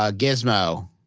ah gizmo.